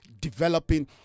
developing